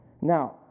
Now